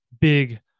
big